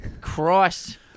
Christ